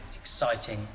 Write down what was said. exciting